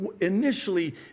initially